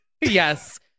Yes